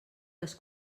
les